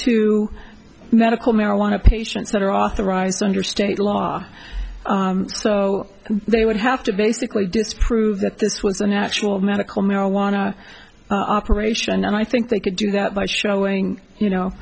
to medical marijuana patients that are authorized under state law so they would have to basically disprove that this was a natural medical marijuana operation and i think they could do that by showing you know